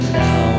now